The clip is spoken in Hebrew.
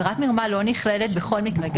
היא לא נכללת בכל מקרה.